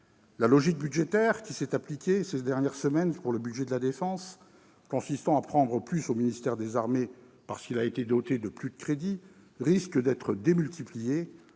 La logique budgétaire qui s'est appliquée ces dernières semaines pour le budget de la défense, consistant à prendre plus au ministère des armées parce qu'il a été doté de plus de crédits, risque d'être démultipliée